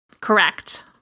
Correct